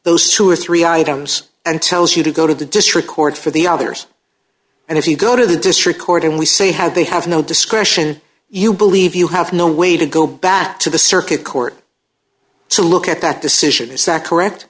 those two or three items and tells you to go to the district court for the others and if you go to the district court and we see how they have no discretion you believe you have no way to go back to the circuit court to look at that decision is that correct